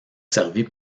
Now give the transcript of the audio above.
servis